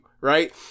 right